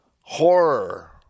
horror